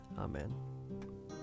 Amen